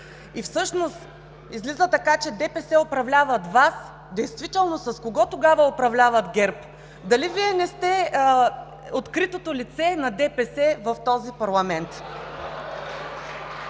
всъщност излиза така, че ДПС управлява Вас, то действително с кого тогава управлява ГЕРБ? Дали Вие не сте откритото лице на ДПС в този парламент?